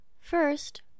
First